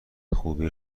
خوبی